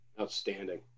Outstanding